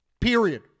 Period